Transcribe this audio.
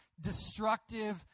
destructive